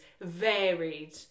varied